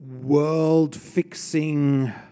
world-fixing